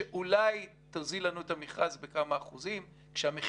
שאולי יוזילו לנו את המכרז בכמה אחוזים כשהמחיר